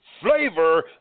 flavor